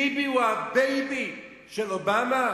ביבי הוא הבייבי של אובמה?